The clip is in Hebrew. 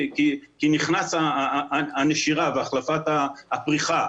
כי נכנסת הנשירה והפריחה,